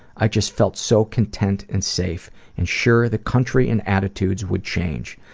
i just felt so content and safe ensure the country and attitudes would change.